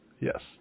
yes